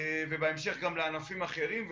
בהמשך גם לענפים אחרים,